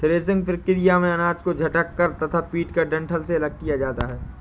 threshing प्रक्रिया में अनाज को झटक कर तथा पीटकर डंठल से अलग किया जाता है